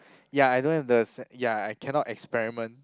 ya I don't have the s~ ya I cannot experiment